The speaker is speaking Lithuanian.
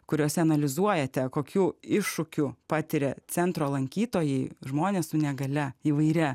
kuriose analizuojate kokių iššūkių patiria centro lankytojai žmonės su negalia įvairia